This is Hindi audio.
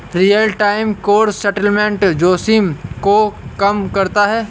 रीयल टाइम ग्रॉस सेटलमेंट जोखिम को कम करता है